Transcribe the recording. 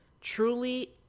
truly